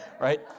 right